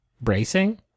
bracing